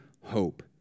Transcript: hope